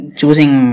choosing